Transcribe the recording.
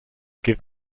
give